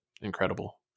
incredible